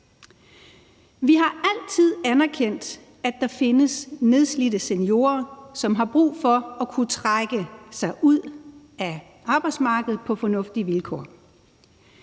Vi har altid anerkendt, at der findes nedslidte seniorer, som har brug for at kunne trække sig ud af arbejdsmarkedet på fornuftige vilkår.